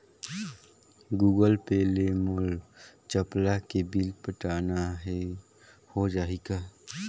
Google Pay ले मोल चपला के बिल पटाना हे, हो जाही का?